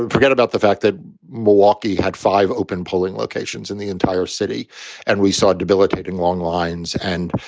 and forget about the fact that milwaukee had five open polling locations in the entire city and we saw a debilitating long lines. and,